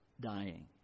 dying